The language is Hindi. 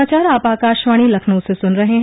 यह समाचार आप आकाशवाणी लखनऊ से सुन रहे हैं